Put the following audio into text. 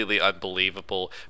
unbelievable